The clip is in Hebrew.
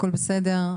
הכול בסדר,